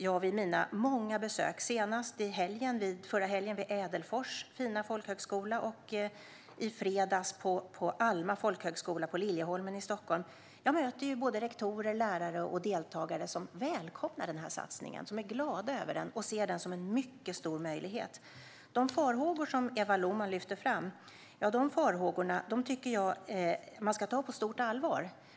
Jag gör många besök, senast förra helgen på Ädelfors fina folkhögskola och i fredags på Alma folkhögskola på Liljeholmen i Stockholm. Jag möter då såväl rektorer som lärare och deltagare som välkomnar satsningen. De är glada över den, och de ser den som en mycket stor möjlighet. De farhågor som Eva Lohman lyfter fram tycker jag att man ska ta på stort allvar.